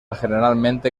generalmente